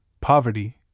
poverty